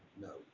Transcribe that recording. No